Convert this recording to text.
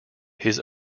his